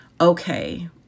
okay